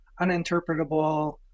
uninterpretable